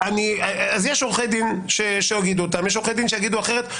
אז יש עורכי דין שיגידו אחרת.